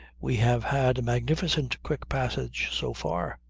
we have had a magnificent quick passage so far.